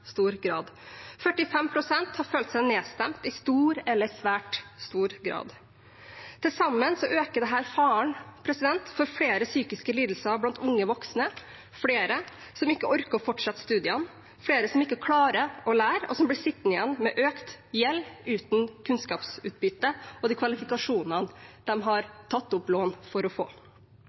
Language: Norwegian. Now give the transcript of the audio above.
stor grad. 45 pst. har følt seg nedstemt i stor eller svært stor grad. Til sammen øker dette faren for flere psykiske lidelser blant unge voksne, flere som ikke orker å fortsette studiene, flere som ikke klarer å lære, og som blir sittende igjen med økt gjeld – uten kunnskapsutbytte og de kvalifikasjonene de har tatt opp lån for å få.